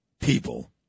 people